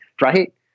right